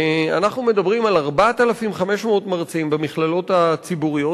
אנחנו מדברים על 4,500 מרצים במכללות הציבוריות,